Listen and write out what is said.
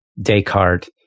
Descartes